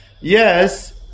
yes